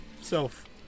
self